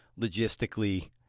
logistically